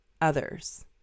others